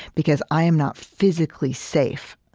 because i am not physically safe